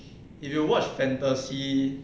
if you watch fantasy